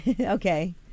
Okay